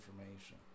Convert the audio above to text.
information